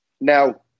Now